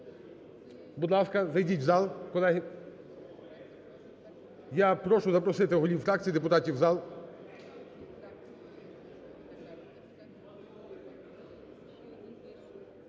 Будь ласка, зайдіть в зал, колеги. Я прошу запросити, голів фракцій, депутатів в зал.